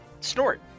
Snort